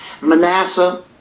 Manasseh